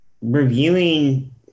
reviewing